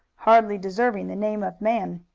hardly deserving the name of man.